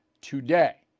today